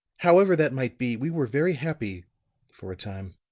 however that might be, we were very happy for a time.